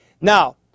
Now